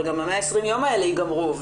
אבל גם ה-120 יום האלה ייגמרו.